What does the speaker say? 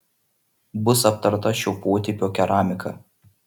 bus aptarta šio potipio keramika